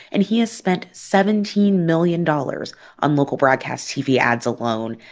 and he has spent seventeen million dollars on local broadcast tv ads alone.